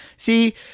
See